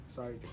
Sorry